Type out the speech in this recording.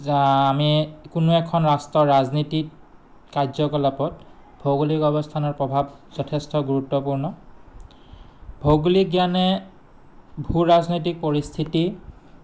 আমি কোনো এখন ৰাষ্ট্ৰ ৰাজনীতিত কাৰ্যকলাপত ভৌগোলিক অৱস্থানৰ প্ৰভাৱ যথেষ্ট গুৰুত্বপূৰ্ণ ভৌগোলিক জ্ঞানে ভূ ৰাজনৈতিক পৰিস্থিতি